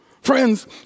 Friends